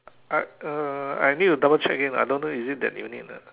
I uh I need to double check again I don't know if it is that unit or not